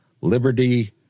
liberty